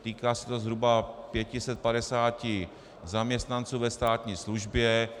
Týká se to zhruba 550 zaměstnanců ve státní službě.